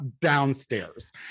downstairs